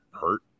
hurt